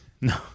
No